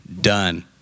done